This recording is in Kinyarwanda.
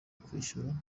kwishyura